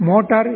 motor 1